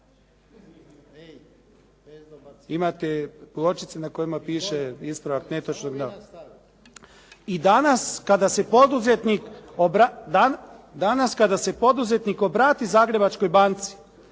Imate pločice na kojima piše ispravak netočnog navoda. I danas kada se poduzetnik obrati Zagrebačkoj banci